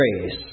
grace